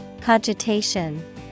Cogitation